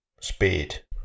speed